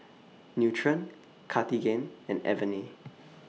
Nutren Cartigain and Avene